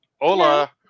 hola